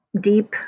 deep